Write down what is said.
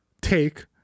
take